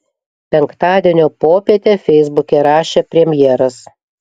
penktadienio popietę feisbuke rašė premjeras